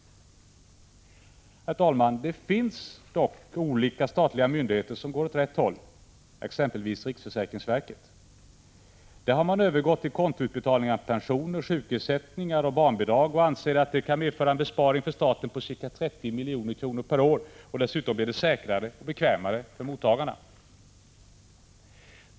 Herr talman! Det finns dock olika statliga myndigheter som går åt rätt håll, exempelvis riksförsäkringsverket. Där har man övergått till kontoutbetalning av pensioner, sjukersättningar och barnbidrag och anser att det kan medföra en besparing för staten på ca 30 milj.kr. per år, och dessutom blir det säkrare och bekvämare för mottagarna.